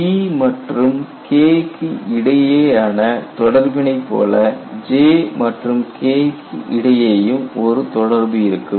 G மற்றும் K க்கு இடையேயான தொடர்பினை போல J மற்றும் K க்கு இடையேயும் ஒரு தொடர்பு இருக்கும்